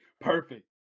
perfect